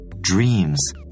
dreams